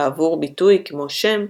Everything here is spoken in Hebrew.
בעבור ביטוי כמו שם,